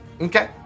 Okay